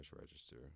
register